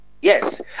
Yes